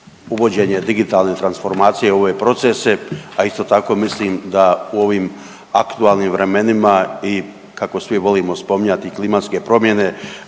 uvođenje digitalne transformacije u ove procese, a isto tako mislim da u ovim aktualnim vremenima i kako svi volimo spominjati klimatske promjene